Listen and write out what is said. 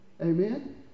Amen